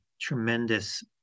tremendous